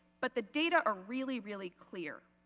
but the data are really really clear.